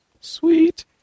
Sweet